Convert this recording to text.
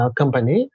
company